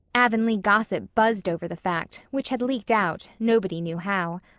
avonlea gossip buzzed over the fact, which had leaked out, nobody knew how.